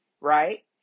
right